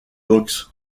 boxe